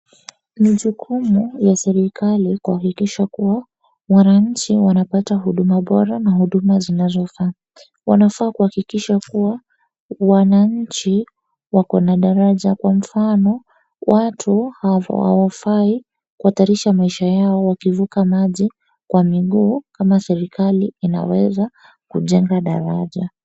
Ni jukumu la serikali kuhakikisha kuwa wananchi wanapata huduma bora na huduma zinazofaa. Wanafaa kuhakikisha kuwa wananchi wako na daraja. Kwa mfano, watu hawafai kuhatarisha maisha yao wakivuka maji kwa miguu kama serikali inaweza kujenga daraja.